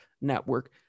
Network